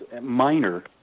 minor